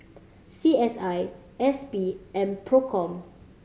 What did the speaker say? C S I S P and Procom